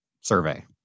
survey